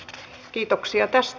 kiitoksia taas